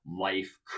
life